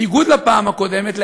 בניגוד לפעם הקודמת,